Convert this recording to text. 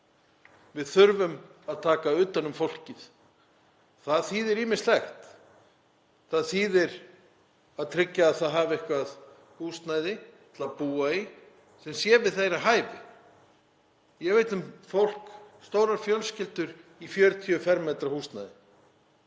Við þurfum að taka utan um fólkið. Það þýðir ýmislegt. Það þýðir að tryggja að það hafi eitthvert húsnæði til að búa í sem sé við hæfi. Ég veit um stórar fjölskyldur í 40 m² húsnæði.